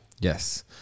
Yes